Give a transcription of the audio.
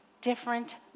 different